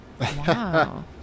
wow